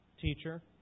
Teacher